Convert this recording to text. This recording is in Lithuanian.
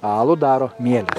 alų daro mielės